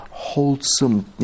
Wholesome